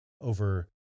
over